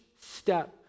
step